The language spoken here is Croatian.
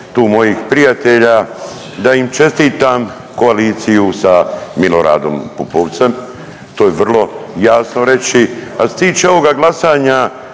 tu mojih prijatelja da im čestitam koaliciju sa Miloradom Pupovcem. To je vrlo jasno reći, a što se tiče ovoga glasanja